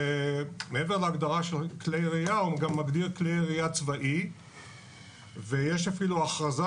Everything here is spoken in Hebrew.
ומעבר להגדרה של כלי ירייה הוא גם מגדיר כלי ירייה צבאי ויש אפילו הכרזה